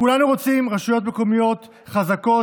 כולנו רוצים רשויות מקומיות חזקות,